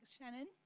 Shannon